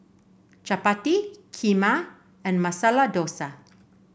Chapati Kheema and Masala Dosa